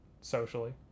socially